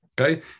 Okay